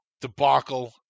debacle